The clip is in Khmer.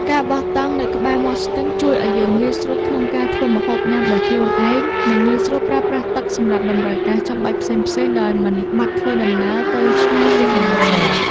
ការបោះតង់នៅក្បែរមាត់ស្ទឹងជួយឱ្យយើងងាយស្រួលក្នុងការធ្វើម្ហូបញ៉ាំដោយខ្លួនឯង និង ងាយស្រួលប្រើប្រាស់ទឹកសម្រាប់តម្រូវការចាំបាច់ផ្សេងៗដោយមិនបាច់ធ្វើដំណើរទៅឆ្ងាយពីកន្លែងសម្រាក។